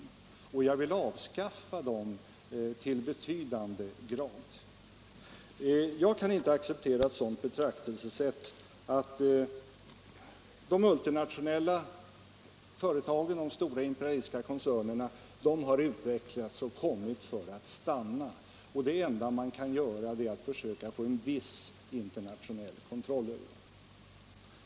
Jag vill avskaffa dem i betydande utsträckning. Jag kan inte acceptera ett sådant betraktelsesätt som att de multinationella företagen, de stora imperialistiska koncernerna, har utvecklats och kommit för att stanna, och att det enda man kan göra är att försöka få viss internationell kontroll över dem.